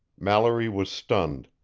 mallory was stunned.